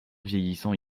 vieillissant